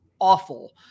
awful